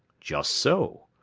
just so.